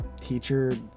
teacher